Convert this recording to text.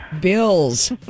Bills